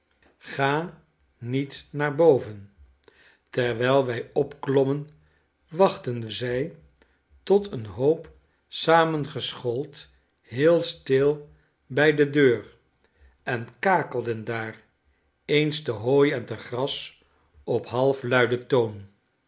ga niet naar boven terwijl wij opklommen wachtten zij tot een hoop samengeschoold heel stil bij de deur en kakelden daar eens te hooi en te gras op halfluiden toon